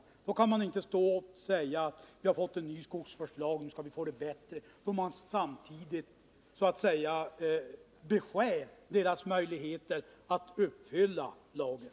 Man kan inte stå och säga att vi har fått en ny skogsvårdslag och nu skall vi få det bättre, då man samtidigt så att säga beskär möjligheterna att följa lagen.